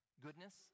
goodness